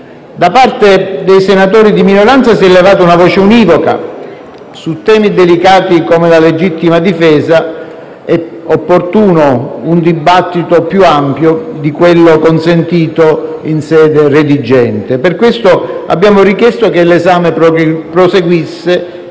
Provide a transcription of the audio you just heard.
Da parte dei senatori di minoranza si è levata una voce univoca: su temi delicati come la legittima difesa è opportuno un dibattito più ampio di quello consentito in sede redigente. Per questo abbiamo richiesto che l'esame proseguisse